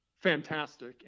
fantastic